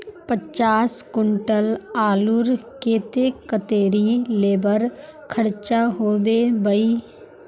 पचास कुंटल आलूर केते कतेरी लेबर खर्चा होबे बई?